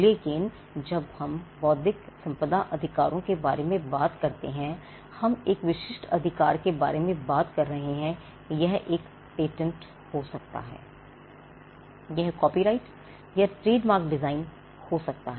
लेकिन जब हम बौद्धिक संपदा अधिकारों के बारे में बात करते हैंहम एक विशिष्ट अधिकार के बारे में बात कर रहे हैं यह एक पेटेंट हो सकता है यह कॉपीराइट या ट्रेडमार्क डिजाइन हो सकता है